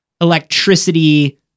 electricity